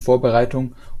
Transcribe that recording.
vorbereitung